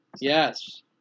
Yes